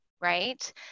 Right